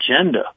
agenda